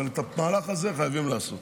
אבל את המהלך הזה חייבים לעשות.